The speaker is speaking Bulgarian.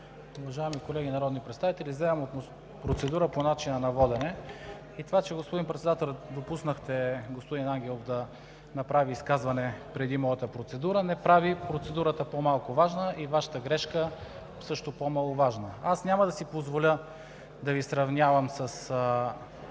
Уважаеми колеги народни представители, вземам процедура по начина на водене. Господин Председател, това че допуснахте господин Ангелов да направи изказване преди моята процедура, не прави процедурата по-малко важна, и Вашата грешка също по маловажна. Няма да си позволя да Ви сравнявам с